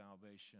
salvation